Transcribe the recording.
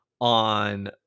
on